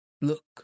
look